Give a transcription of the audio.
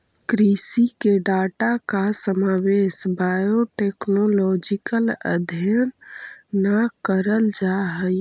कृषि के डाटा का समावेश बायोटेक्नोलॉजिकल अध्ययन ला करल जा हई